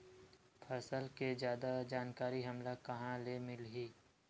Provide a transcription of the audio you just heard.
फसल के जादा जानकारी हमला कहां ले मिलही?